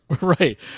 Right